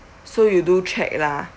so you do check lah